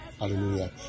Hallelujah